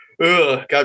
God